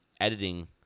editing –